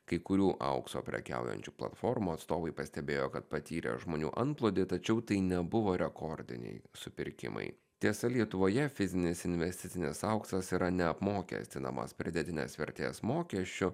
kai kurių aukso prekiaujančių platformų atstovai pastebėjo kad patyrė žmonių antplūdį tačiau tai nebuvo rekordiniai supirkimai tiesa lietuvoje fizinis investicinis auksas yra neapmokestinamas pridėtinės vertės mokesčiu